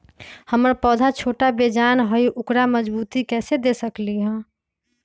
हमर पौधा छोटा बेजान हई उकरा मजबूती कैसे दे सकली ह?